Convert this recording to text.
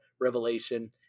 revelation